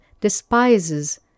despises